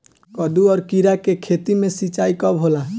कदु और किरा के खेती में सिंचाई कब होला?